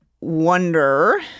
wonder